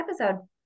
episode